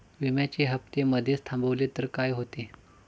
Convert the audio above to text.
विम्याचे हफ्ते मधेच थांबवले तर काय होते?